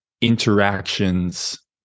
interactions